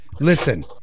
Listen